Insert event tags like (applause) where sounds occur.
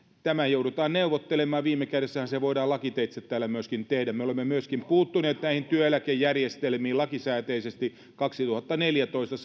tämä joudutaan neuvottelemaan ja viime kädessähän se voidaan lakiteitse täällä myöskin tehdä me olemme myöskin puuttuneet näihin työeläkejärjestelmiin lakisääteisesti vuonna kaksituhattaneljätoista (unintelligible)